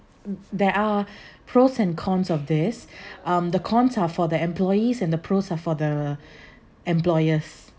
there are pros and cons of this um the cons are for the employees and the pros are for the employers